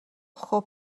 خوب